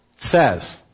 says